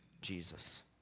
Jesus